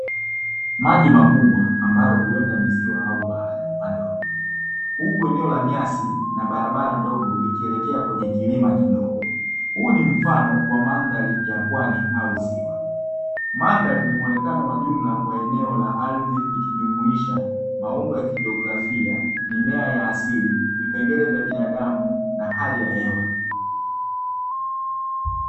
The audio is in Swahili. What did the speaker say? Maji makubwa, ambayo huenda ni ziwa au bahari upande wa kulia, huku eneo la nyasi na barabara ndogo ikielekea kwenye kilima kidogo. Huu ni mfano wa mandhari ya pwani au ziwa. Mandhari ni muonekano wa jumla wa eneo la ardhi, likijumuisha maumbo ya kijiographia, mimea ya asili, vipengele vya binadamu na hali ya hewa.